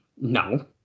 no